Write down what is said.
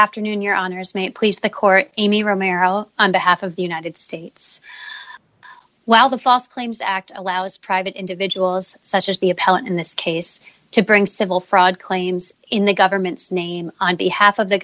afternoon your honor has made it please the court amy romero on behalf of the united states while the false claims act allows private individuals such as the appellant in this case to bring civil fraud claims in the government's name on behalf of the